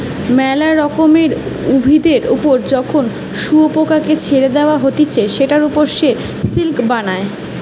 মেলা রকমের উভিদের ওপর যখন শুয়োপোকাকে ছেড়ে দেওয়া হতিছে সেটার ওপর সে সিল্ক বানায়